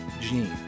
gene